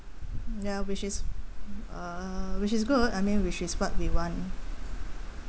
ya which is uh uh which is good I mean which is what we want